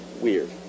weird